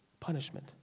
Punishment